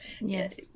yes